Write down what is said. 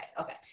okay